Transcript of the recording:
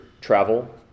travel